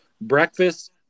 breakfast